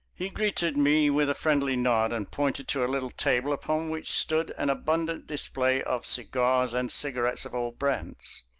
he greeted me with a friendly nod and pointed to a little table upon which stood an abundant display of cigars and cigarettes of all brands.